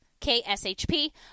KSHP